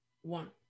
One